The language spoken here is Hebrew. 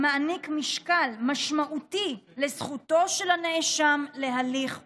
המעניק משקל משמעותי לזכותו של הנאשם להליך הוגן.